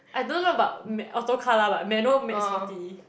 I don't know about ma~ auto car lah but manual max forty